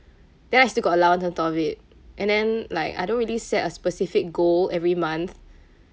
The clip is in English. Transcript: then I still got allowance on top of it and then like I don't really set a specific goal every month